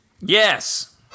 Yes